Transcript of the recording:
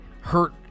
hurt